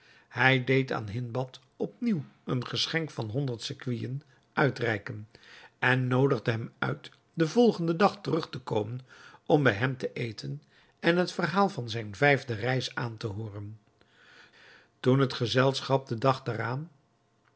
hij deed aan hindbad op nieuw een geschenk van honderd sequinen uitreiken en noodigde hem uit den volgenden dag terug te komen om bij hem te eten en het verhaal van zijne vijfde reis aan te hooren toen het gezelschap den dag daaraan